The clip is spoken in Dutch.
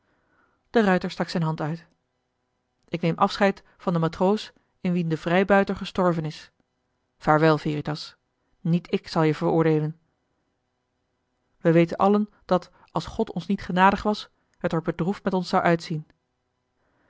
de ruijter stak zijn hand uit ik neem afscheid van den matroos in wien de vrijbuiter gestorven is vaarwel veritas niet ik zal je veroordeelen we weten allen dat als god ons niet genadig was het er bedroefd met ons zou uitzien